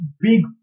big